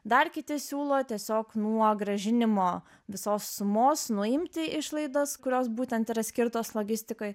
dar kiti siūlo tiesiog nuo grąžinimo visos sumos nuimti išlaidas kurios būtent yra skirtos logistikai